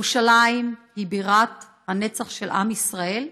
ירושלים היא בירת הנצח של עם ישראל,